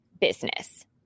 business